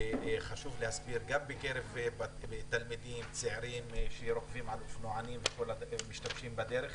חשוב להסביר גם בקרב תלמידים צעירים שרוכבים על אופנועים ומשתמשים בדרך.